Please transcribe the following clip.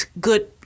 good